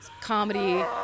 comedy